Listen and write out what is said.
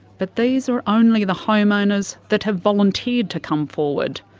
but these are only the homeowners that have volunteered to come forward.